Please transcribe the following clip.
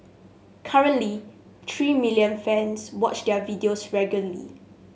currently three million fans watch their videos regularly